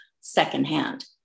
secondhand